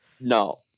No